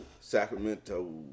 Sacramento